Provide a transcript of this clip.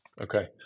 Okay